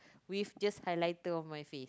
with just highlighter on my face